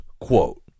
quote